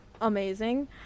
amazing